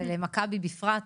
ולמכבי בפרט,